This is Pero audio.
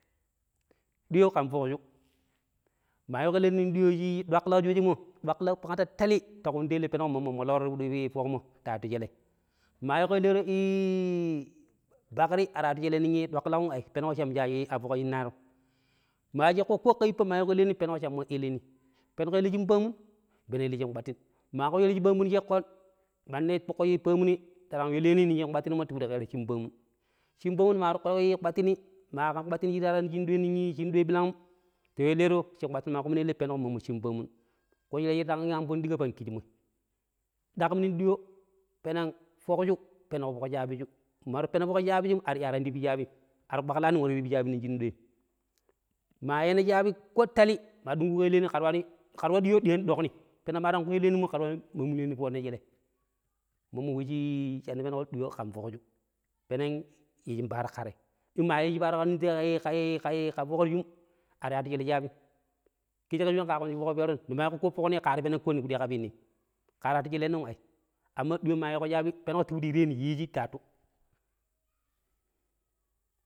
﻿Ɗiyo ƙan foƙju, maa yiiƙo eleero nong ɗiyo shi dwaƙƙilaƙ shoojenmo dwaƙƙilaƙ pangta talii ta ƙundu elei panuƙo mommo molooro shira yu foƙmo ta wattu shelei. Maa yiiƙo eleero bakri ar wattu shelei nong dwaƙƙilaƙ'm ai penuƙo cha mije a foƙ shinnaarom. Maa cheƙƙo ƙo ƙa yippa maa yiiƙo eleeni, penuƙo ele shin paamun npeno ele shin kpattin maa ƙushira shi shin paamun cheƙƙon mannei tuƙu paamuni ta yu eleeni nong shin kpattin mo ti pidi ƙeera shir paamun, shin paamun maa tuƙu kpattini maa ƙain nong kpattin shira waraani nong shinu doi ɓirang'um ta yu eleero shin kpattin maa penuƙo mmo shin paamun ƙushira shita ambon ɗiƙa pang kijimoi. Daƙam nong ɗiyo peneng foƙju penuƙo foƙ shaabiju, mara peno foƙ shaabijum ar iya waraani ti pi shaabijum, ar kpaklaani nwari ti pi shaabi shinu ɗoim. Maa yeena shaabi ko tali maa ɗungƙuƙo yu leeni ƙira waani ƙira wa ɗiyo ɗiyaani ɗoƙmi peneng maa tangƙo yu eleeni mo ƙira waani mamulyanni foona shele mommo we shi shina penuƙo ɗiyo ƙan foƙju, peneng yiijin paaro ƙa te in maa yiiji paaro ƙa faƙjum ar wattu shele shaabum kiji ƙe shweeje ƙa kunji foƙ pepeerom ne ma yiiƙo ƙo foƙni ƙaa penu ƙo ne ti pidi ƙabi nim, ƙaaratu sheleenom ai. Amma diyo ma yeeƙo shaabi penuko ti piɗi yiireni yiiji ta wattu.